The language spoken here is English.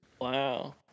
Wow